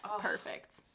perfect